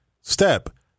step